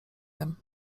wiem